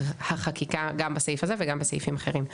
החקיקה גם בסעיף הזה וגם בסעיפים אחרים.